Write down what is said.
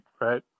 right